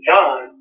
John